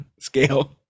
scale